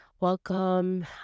welcome